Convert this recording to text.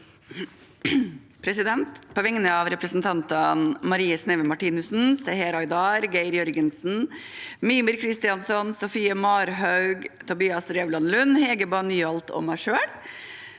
På vegne av repre- sentantene Marie Sneve Martinussen, Seher Aydar, Geir Jørgensen, Mímir Kristjánsson, Sofie Marhaug, Tobias Drevland Lund, Hege Bae Nyholt og meg selv